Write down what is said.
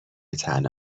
طعنه